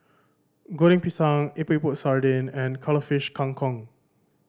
Goreng Pisang Epok Epok Sardin and Cuttlefish Kang Kong